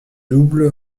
double